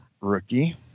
rookie